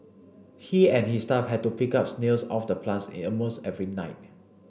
he and his staff have to pick snails off the plants almost every night